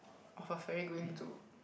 of a ferry going to